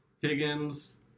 Higgins